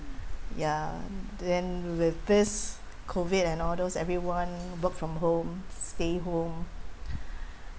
ya then with this COVID and all those everyone work from home stay home